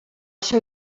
seu